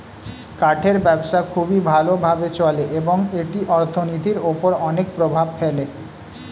কাঠের ব্যবসা খুবই ভালো ভাবে চলে এবং এটি অর্থনীতির উপর অনেক প্রভাব ফেলে